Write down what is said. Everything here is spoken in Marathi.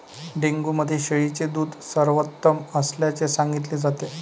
डेंग्यू मध्ये शेळीचे दूध सर्वोत्तम असल्याचे सांगितले जाते